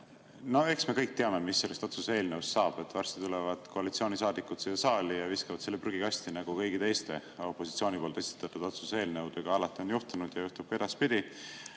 Eks me kõik teame, mis sellest otsuse eelnõust saab. Varsti tulevad koalitsioonisaadikud siia saali ja viskavad selle prügikasti, nagu kõigi teiste opositsiooni esitatud otsuse eelnõudega alati on juhtunud ja juhtub ka edaspidi.